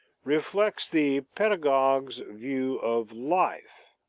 reflects the pedagogue's view of life.